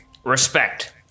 Respect